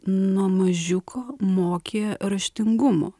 nuo mažiuko mokė raštingumo